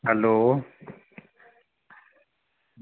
hello